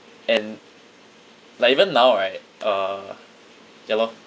and like even now right uh ya lor